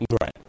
Right